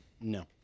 No